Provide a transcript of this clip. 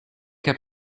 heb